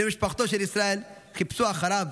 בני משפחתו של ישראל חיפשו אחריו,